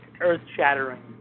earth-shattering